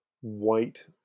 white